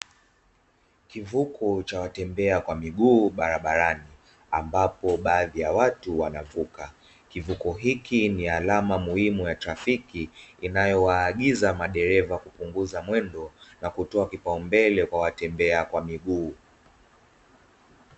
Kivuko cha watembea kwa miguu barabarani, ambapo baadhi ya watu wanavuka. Kivuko hiki ni alama muhimu ya trafiki, inayowaagiza madereva kupunguza mwendo, na kutoa kipaumbele kwa watembea kwa miguu.